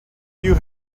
you